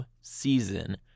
season